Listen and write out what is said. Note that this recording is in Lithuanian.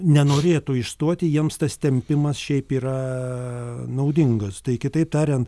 nenorėtų išstoti jiems tas tempimas šiaip yra naudingas tai kitaip tariant